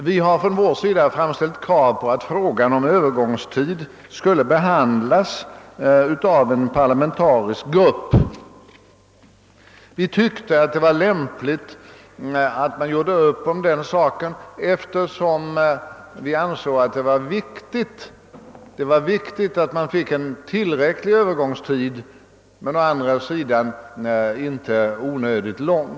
Vi har framställt krav på att frågan om Övergångstid skulle behandlas i en parlamentarisk grupp. Vi tyckte att det var lämpligt att man gjorde upp om den saken, eftersom vi ansåg att det var viktigt att man fick en tillräckligt väl tilltagen övergångstid som å andra sidan inte fick vara onödigt lång.